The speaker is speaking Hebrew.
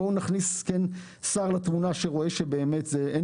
בואו כן נכניס שר לתמונה שרואה שבאמת אין